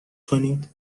کنید